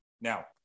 Now